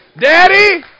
Daddy